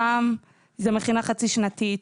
זה מכינה חצי שנתית,